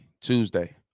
Tuesday